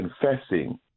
confessing